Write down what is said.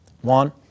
One